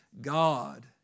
God